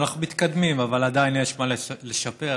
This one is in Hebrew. אנחנו מתקדמים אבל עדיין יש מה לעשות לשפר,